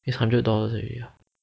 it's hundred dollars already ah